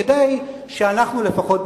כדי שאנחנו לפחות,